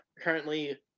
currently